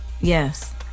yes